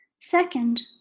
Second